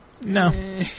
No